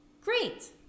Great